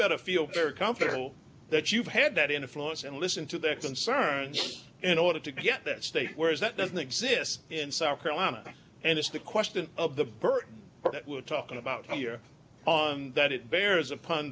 better feel very comfortable that you've had that influence and listen to their concerns in order to get that state whereas that doesn't exist in south carolina and it's the question of the birth that we're talking about here on that it bears upon